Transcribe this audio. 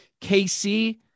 KC